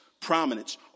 prominence